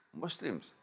Muslims